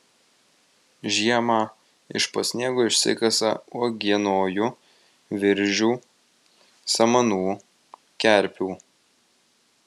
žiemą iš po sniego išsikasa uogienojų viržių samanų kerpių